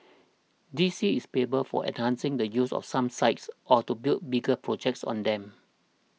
D C is payable for enhancing the use of some sites or to build bigger projects on them